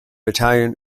italian